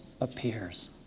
appears